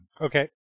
Okay